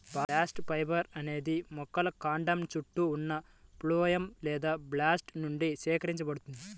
bast fibre అనేది మొక్కల కాండం చుట్టూ ఉన్న ఫ్లోయమ్ లేదా బాస్ట్ నుండి సేకరించబడుతుంది